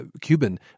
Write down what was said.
Cuban